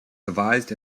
devised